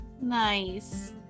nice